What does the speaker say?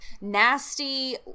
nasty